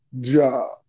job